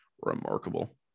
Remarkable